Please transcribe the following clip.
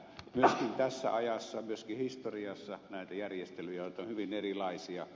myöskin tässä ajassa myöskin historiassa näitä järjestelyjä on hyvin erilaisia